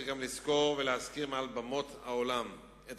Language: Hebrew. צריך לזכור ולהזכיר מעל במות העולם את